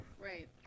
Right